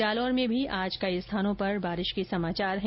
जालौर में भी आज कई स्थानों पर बारिश होने के समाचार हैं